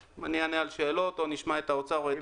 אני אענה על שאלות או נשמע את האוצר או את החקלאים.